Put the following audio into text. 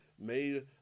Made